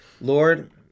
Lord